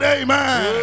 amen